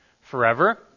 forever